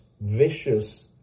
vicious